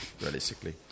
realistically